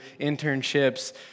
internships